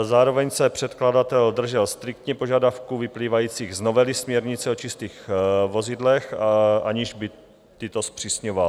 Zároveň se předkladatel držel striktně požadavků vyplývajících z novely směrnice o čistých vozidlech, aniž by tyto zpřísňoval.